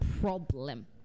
problem